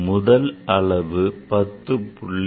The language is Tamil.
முதல் அளவு 10